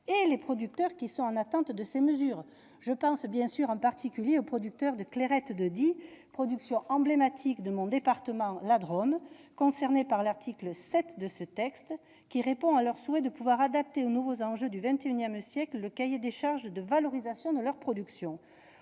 et les producteurs, qui attendent impatiemment ces mesures. Je pense en particulier aux producteurs de Clairette de Die. Cette production emblématique de mon département, la Drôme, est concernée par l'article 7 de ce texte, qui répond au souhait des producteurs de pouvoir adapter aux nouveaux enjeux du XXI siècle le cahier des charges de valorisation de leur production.